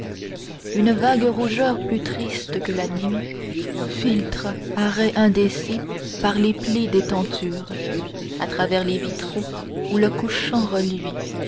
une vague rougeur plus triste que la nuit filtre à rais indécis par les plis des tentures a travers les vitraux où le couchant reluit